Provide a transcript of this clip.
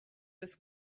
this